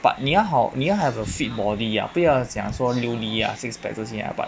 but 你也好你要 have a fit body ah 不要讲说六里啦 six pack 这些啊